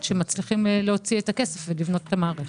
שמצליחים להוציא את הכסף ולבנות את המערכת.